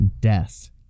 Death